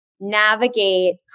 Navigate